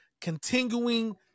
continuing